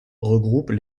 regroupent